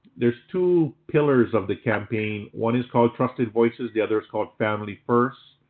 there's two pillars of the campaign. one is called trusted voices. the other is called family first.